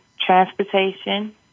transportation